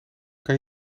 kan